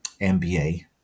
MBA